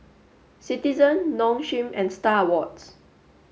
citizen Nong Shim and Star Awards